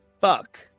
Fuck